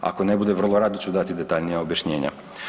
Ako ne bude vrlo rado ću dati detaljnija objašnjenja.